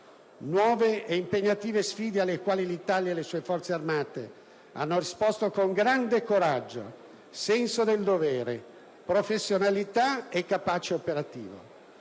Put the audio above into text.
Nuove ed impegnative sfide, alle quali l'Italia e le sue Forze armate hanno risposto con grande coraggio, senso del dovere, professionalità e capacità operative.